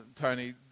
tony